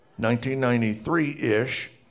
1993-ish